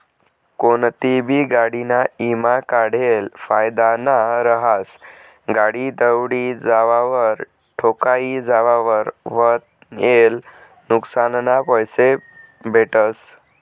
कोनतीबी गाडीना ईमा काढेल फायदाना रहास, गाडी दवडी जावावर, ठोकाई जावावर व्हयेल नुक्सानना पैसा भेटतस